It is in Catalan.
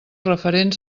referents